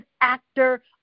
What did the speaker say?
actor